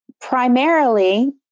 Primarily